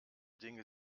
dinge